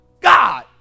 god